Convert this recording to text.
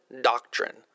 doctrine